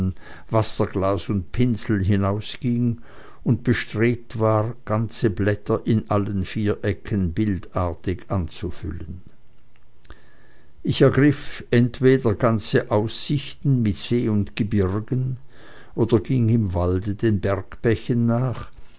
wasserglas und pinsel hinausging und bestrebt war ganze blätter in allen vier ecken bildartig anzufüllen ich ergriff entweder ganze aussichten mit see und gebirgen oder ging im walde den bergbächen nach